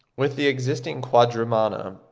with the existing quadrumana,